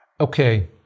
Okay